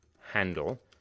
handle